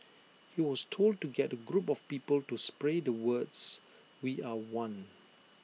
he was told to get A group of people to spray the words we are one